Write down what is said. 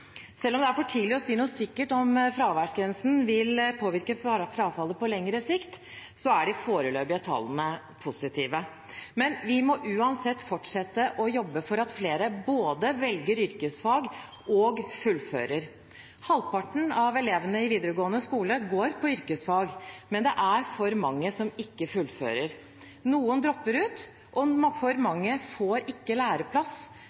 Selv om det er for tidlig å si noe sikkert om hvorvidt fraværsgrensen vil påvirke frafallet på lengre sikt, er de foreløpige tallene positive. Men vi må uansett fortsette å jobbe for at flere både velger yrkesfag og fullfører. Halvparten av elevene i videregående skole går på yrkesfag, men det er for mange som ikke fullfører. Noen dropper ut, og for mange får ikke læreplass